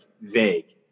vague